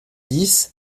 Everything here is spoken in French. dix